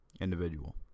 Individual